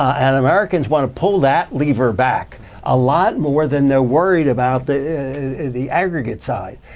and americans want to pull that lever back a lot more than they're worried about the the aggregate side.